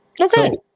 Okay